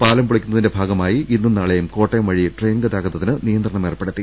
പാലം പൊളിക്കുന്നതിന്റെ ഭാഗ മായി ഇന്നും നാളെയും കോട്ടയം വഴി ട്രെയിൻ ഗതാഗതത്തിന് നിയന്ത്രണം ഏർപ്പെടുത്തി